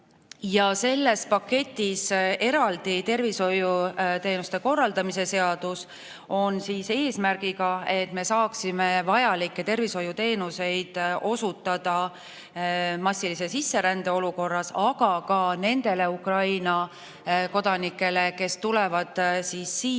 Selles paketis on eraldi ka tervishoiuteenuste korraldamise seadus. Seda eesmärgiga, et me saaksime vajalikke tervishoiuteenuseid osutada ka massilise sisserände olukorras ja ka nendele Ukraina kodanikele, kes tulevad siia peale